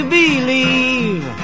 believe